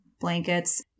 blankets